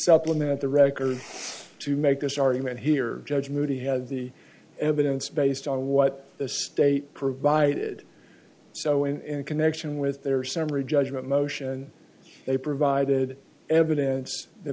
supplement the record to make this argument here judge moody had the evidence based on what the state provided so in connection with their summary judgment motion they provided evidence th